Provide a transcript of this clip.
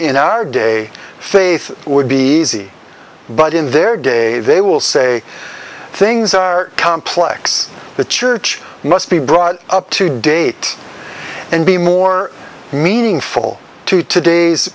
in our day faith would be easy but in their day they will say things are complex the church must be brought up to date and be more meaningful to today's